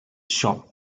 shot